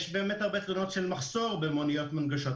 יש באמת הרבה תלונות של מחסור במוניות מונגשות,